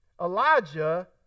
Elijah